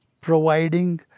providing